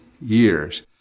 years